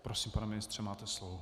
Prosím, pane ministře, máte slovo.